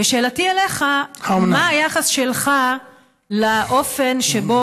ושאלתי אליך: מה היחס שלך לאופן שבו